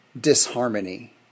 disharmony